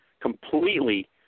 completely